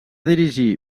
dirigir